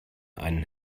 einen